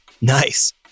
Nice